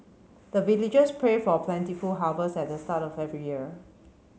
the villagers pray for plentiful harvest at the start of every year